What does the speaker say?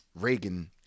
Reagan